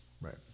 Right